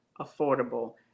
affordable